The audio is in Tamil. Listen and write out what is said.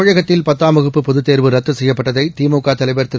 தமிழகத்தில் பத்தாம் வகுப்பு பொதுத் தேர்வு ரத்து செய்யப்பட்டதை திமுக தலைவர் திரு